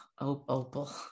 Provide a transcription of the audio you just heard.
opal